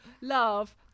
love